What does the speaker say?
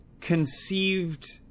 conceived